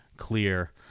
clear